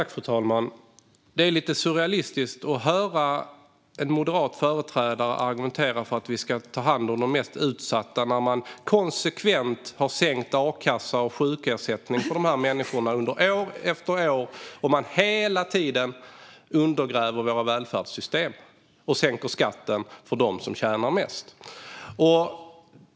Fru talman! Det är lite surrealistiskt att höra en moderat företrädare argumentera för att vi ska ta hand om de mest utsatta när man konsekvent, under år efter år, har sänkt a-kassa och sjukersättning för de här människorna. Man undergräver hela tiden våra välfärdssystem och sänker skatten för dem som tjänar mest.